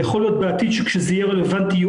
יכול להיות בעתיד שכשזה יהיה רלוונטי יהיו